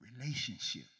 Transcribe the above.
Relationship